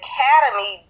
Academy